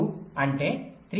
3 2 అంటే 3